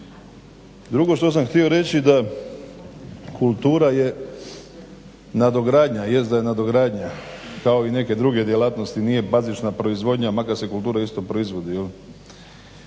Drugo što sam htio reći da kultura je nadogradnja, jest da je nadogradnja kao i neke druge djelatnosti nije bazična proizvodnja makar se kultura isto proizvodi i